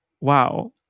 Wow